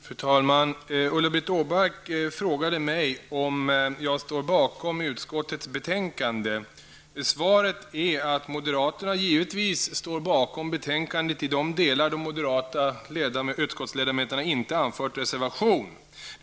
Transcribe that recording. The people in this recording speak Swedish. Fru talman! Ulla-Britt Åbark frågade mig om jag står bakom utskottets betänkande. Svaret är att moderaterna givetvis står bakom betänkandet i de delar de moderata utskottsledamöterna inte har anfört reservation.